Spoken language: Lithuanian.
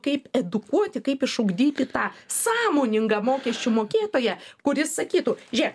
kaip edukuoti kaip išugdyti tą sąmoningą mokesčių mokėtoją kuris sakytų žėk